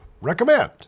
Recommend